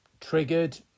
triggered